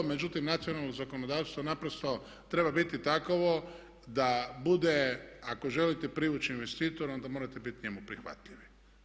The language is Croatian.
Međutim, nacionalno zakonodavstvo naprosto treba biti takvo da bude ako želite privući investitora onda morate biti njemu prihvatljivi.